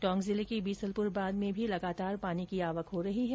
टोंक जिले के बीसलपुर बांध में भी लगातार पानी की आवक हो रही है